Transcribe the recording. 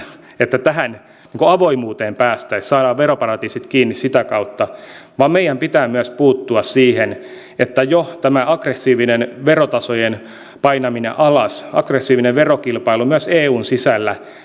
että tähän avoimuuteen päästäisiin saadaan veroparatiisit kiinni sitä kautta vaan meidän pitää myös puuttua siihen että jo tämä aggressiivinen verotasojen painaminen alas aggressiivinen verokilpailu myös eun sisällä